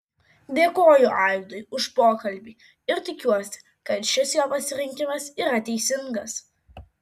dėkoju aidui už pokalbį ir tikiuosi kad šis jo pasirinkimas yra teisingas